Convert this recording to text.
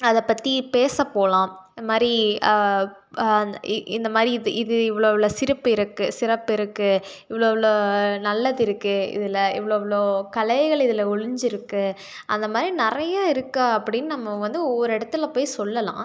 அதை பற்றி பேசப்போலாம் இதுமாதிரி இ இந்தமாதிரி இது இது இவ்வளோ இவ்வளோ சிறப்பு இருக்குது சிறப்பு இருக்குது இவ்வளோ இவ்வளோ நல்லது இருக்குது இதில் இவ்வளோ இவ்வளோ கலைகள் இதில் ஒழிஞ்சிருக்குது அந்தமாதிரி நிறைய இருக்குது அப்படின்னு நம்ம வந்து ஒவ்வொரு இடத்துல போய் சொல்லலாம்